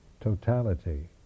totality